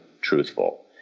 truthful